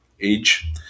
age